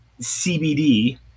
cbd